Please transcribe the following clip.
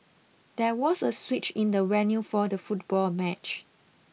there was a switch in the venue for the football match